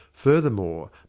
Furthermore